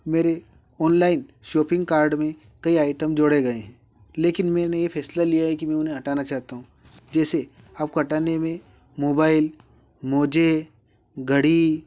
मेरे online shopping card में कई आइटम जोड़े गए हैं लेकिन मैंने ये फैसला लिया है कि मैं उन्हें हटाना चाहता हूं जैसे आपको हटाने में मोबाइल मोजे घड़ी